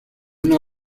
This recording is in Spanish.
una